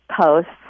posts